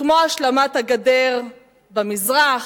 כמו השלמת הגדר במזרח,